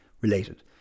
related